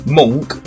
monk